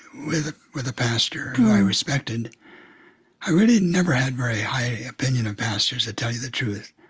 with ah with a pastor whom i respected i really never had very high opinions of pastors to tell you the truth.